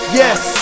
yes